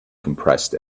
compressed